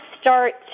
start